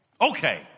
okay